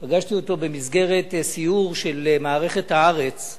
פגשתי אותו במסגרת סיור של מערכת "הארץ",